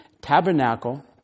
tabernacle